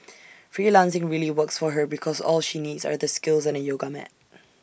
freelancing really works for her because all she needs are the skills and A yoga mat